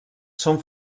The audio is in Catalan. són